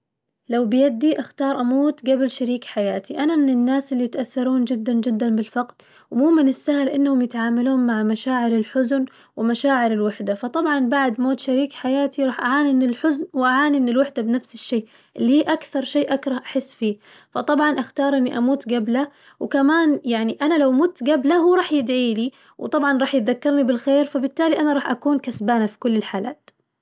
لو بيدي أختار أموت قبل شريك حياتي، أنا من الناس اللي يتأثرون جداً جداً بالفقد ومو من السهل إنهم يتعاملون مع مشاعر الحزن ومشاعر الوحدة، فطبعاً بعد موت شريك حياتي راح أعاني من الحزن وأعاني من الوحدة بنفس الشي االلي هي أكثر شي أكره أحس فيه، فطبعاً أختار إني أموت قبله وكمان يعني أنا لو مت قبله هو راح يدعيلي وطبعاً راح يتذكرني بالخير فبالتالي أنا راح أكون كسبانة في كل الحالات.